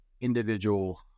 individual